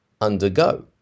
undergo